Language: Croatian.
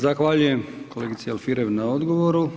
Zahvaljujem kolegici Alfirev na odgovoru.